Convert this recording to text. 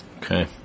Okay